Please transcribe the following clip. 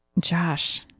Josh